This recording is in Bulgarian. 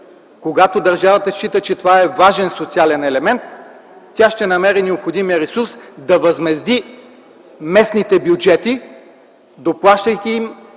Когато държавата счита, че това е важен социален елемент, тя ще намери необходимия ресурс да възмезди местните бюджети, доплащайки им